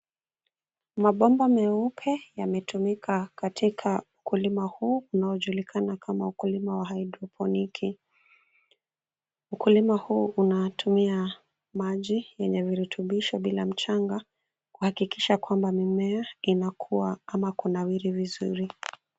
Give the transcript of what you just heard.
Mabomba meupe yametumika katika ukulima huu unaojulikana kama ukulima wa haidrofoniki. Ukulima huu unatumia maji yenye virutubisho bila mchanga kuhakikisha kwamba mimea inakua ama kunawiri vizuri.